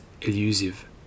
elusive